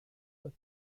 but